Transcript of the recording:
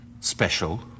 special